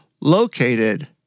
located